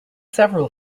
several